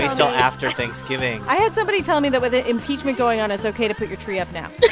so after thanksgiving i had somebody tell me that with ah impeachment going on, it's ok to put your tree up now but